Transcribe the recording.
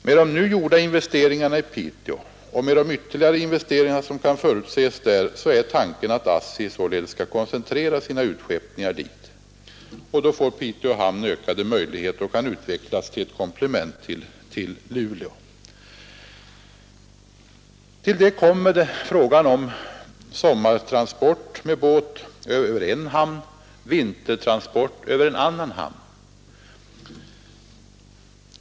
Med de nu gjorda investeringarna i Piteå och med de ytterligare investeringar som kan förutses där är tanken att ASSI således kan koncentrera sina utskeppningar dit, och då får Piteå hamn ökade möjligheter och kan utvecklas till ett komplement till Luleå. Till det kommer frågan om sommartransport med båt över en hamn och vintertransport över en annan hamn.